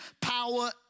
power